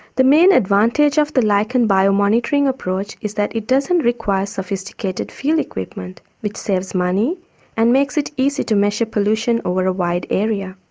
the main advantage of the lichen bio-monitoring approach is that it doesn't require sophisticated field equipment, which saves money and makes it easy to measure pollution over a wide area.